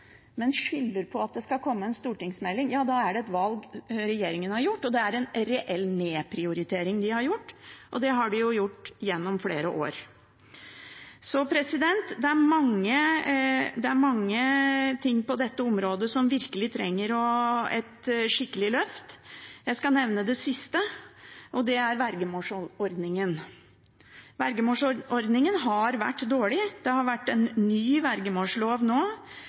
men skylder på at det skal komme en stortingsmelding, ja, da er det et valg regjeringen har gjort, og det er en reell nedprioritering. Og det har de jo gjort gjennom flere år. Det er mange ting på dette området som virkelig trenger et skikkelig løft. Jeg skal nevne det siste, og det er vergemålsordningen. Vergemålsordningen har vært dårlig. Det har kommet en ny vergemålslov,